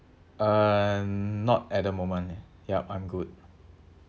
um not at the moment yup I'm good